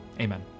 Amen